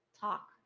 talk